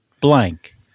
blank